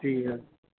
જી હા